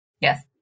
Yes